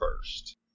first